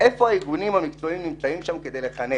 איפה הגורמים המקצועיים נמצאים על מנת לחנך.